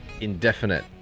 Indefinite